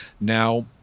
Now